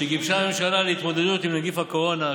שגיבשה הממשלה להתמודדות עם נגיף הקורונה,